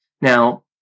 Now